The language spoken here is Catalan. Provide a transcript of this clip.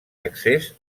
accés